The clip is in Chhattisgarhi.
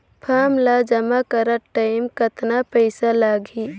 फारम ला जमा करत टाइम कतना पइसा लगही?